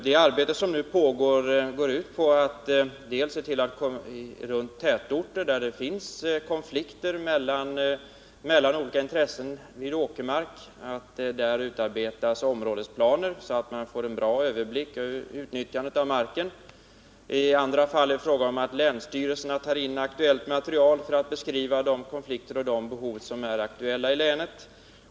Det arbete som nu pågår går delvis ut på att se till att det runt tätorter, där det finns konflikter mellan olika intressen i åkermark, utarbetas områdesplaner, så att man får en god överblick över utnyttjandet av marken. I andra fall är det fråga om att länsstyrelserna tar in aktuellt material för att beskriva de konflikter och de behov som är aktuella i länet.